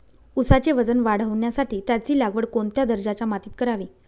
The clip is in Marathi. ऊसाचे वजन वाढवण्यासाठी त्याची लागवड कोणत्या दर्जाच्या मातीत करावी?